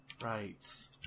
Right